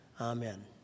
Amen